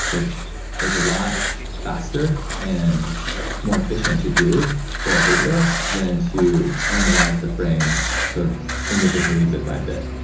which is a lot faster and more efficient to do for a video than to analyze the frames sort of individually bit by bit,